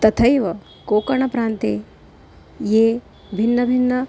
तथैव कोकणप्रान्ते ये भिन्नभिन्न